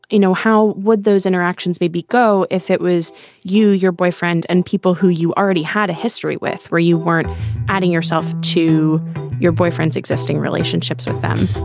you know, how would those interactions maybe go if it was you, your boyfriend, and people who you already had a history with where you weren't adding yourself to your boyfriend's existing relationships with them?